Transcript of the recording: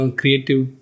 creative